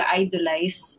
idolize